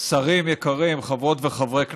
שרים יקרים, חברות וחברי כנסת,